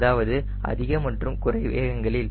அதாவது அதிக மற்றும் குறை வேகங்களில்